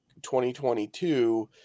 2022